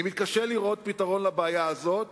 אני מתקשה לראות פתרון לבעיה הזאת